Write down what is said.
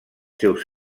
seus